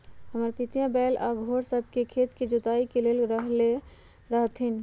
हमर पितिया बैल आऽ घोड़ सभ के खेत के जोताइ के लेल रखले हथिन्ह